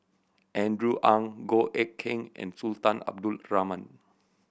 Andrew Ang Goh Eck Kheng and Sultan Abdul Rahman